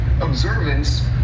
observance